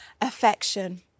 affection